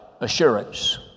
assurance